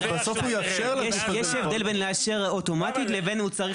יש הבדל בין לאשר אוטומטית לבין הוא צריך